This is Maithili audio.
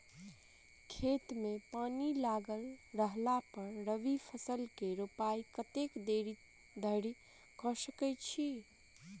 खेत मे पानि लागल रहला पर रबी फसल केँ रोपाइ कतेक देरी धरि कऽ सकै छी?